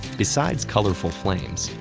besides colorful flames,